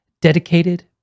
dedicated